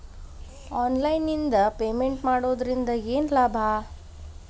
Online ನಿಂದ payment ಮಾಡುವುದರಿಂದ ಏನು ಲಾಭ?